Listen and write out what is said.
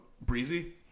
Breezy